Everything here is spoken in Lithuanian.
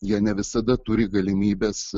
jie ne visada turi galimybes